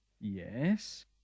yes